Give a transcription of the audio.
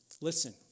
Listen